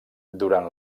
durant